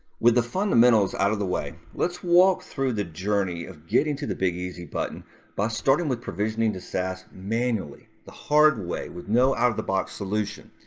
with the fundamentals out of the way, let's walk through the journey of getting to the big easy button by starting with provisioning the saas manually, the hard way, with no out-of-the-box solution.